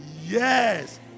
yes